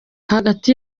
hagati